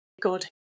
God